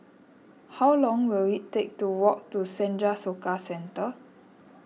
how long will it take to walk to Senja Soka Centre